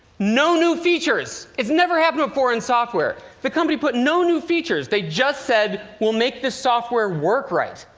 no new features. it's never happened before in software! the company put no new features. they just said, we'll make this software work right.